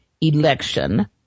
election